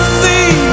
see